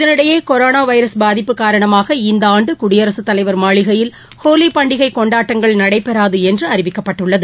இதனிடையே கொரோனா தொற்று பாதிப்பு காரணமாக இந்த ஆண்டு குடியரசுத்தலைவர் மாளிகையில் ஹோலி பண்டிகை கொண்டாட்டங்கள் நடைபெறாது என அறிவிக்கப்பட்டுள்ளது